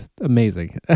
amazing